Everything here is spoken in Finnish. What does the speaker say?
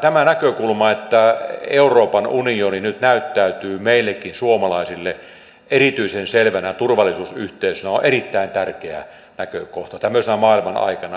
tämä näkökulma että euroopan unioni nyt näyttäytyy meille suomalaisillekin erityisen selvänä turvallisuusyhteisönä on erittäin tärkeä näkökohta tämmöisenä maailmanaikana